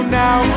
now